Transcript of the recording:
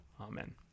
amen